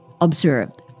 observed